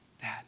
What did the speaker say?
Dad